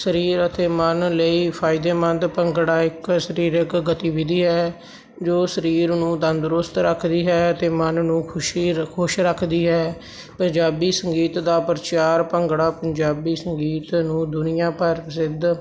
ਸਰੀਰ ਅਤੇ ਮਨ ਲਈ ਫਾਇਦੇਮੰਦ ਭੰਗੜਾ ਇੱਕ ਸਰੀਰਕ ਗਤੀਵਿਧੀ ਹੈ ਜੋ ਸਰੀਰ ਨੂੰ ਤੰਦਰੁਸਤ ਰੱਖਦੀ ਹੈ ਅਤੇ ਮਨ ਨੂੰ ਖੁਸ਼ੀ ਰੱਖੋ ਖੁਸ਼ ਰੱਖਦੀ ਹੈ ਪੰਜਾਬੀ ਸੰਗੀਤ ਦਾ ਪ੍ਰਚਾਰ ਭੰਗੜਾ ਪੰਜਾਬੀ ਸੰਗੀਤ ਨੂੰ ਦੁਨੀਆਂ ਭਰ ਪ੍ਰਸਿੱਧ